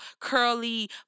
curly